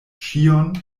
ĉion